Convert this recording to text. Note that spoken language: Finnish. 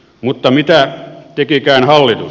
mutta mitä tekikään hallitus